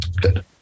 good